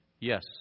Yes